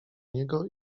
niego